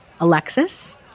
alexis